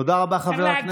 תודה רבה, חבר הכנסת גפני.